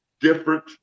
different